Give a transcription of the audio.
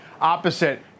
opposite